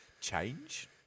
change